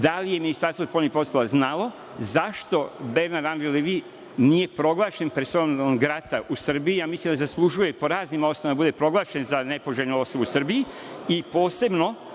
da li je Ministarstvo spoljnih poslova znalo zašto Bernar Anri Levi nije proglašen personom nongrata u Srbiji. Mislim da zaslužuje po raznim osnovama da bude proglašen za nepoželjnu osobu u Srbiji. Posebno